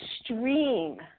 extreme